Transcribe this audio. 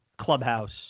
clubhouse